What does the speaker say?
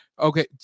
okay